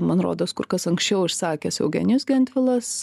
man rodos kur kas anksčiau išsakęs eugenijus gentvilas